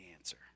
answer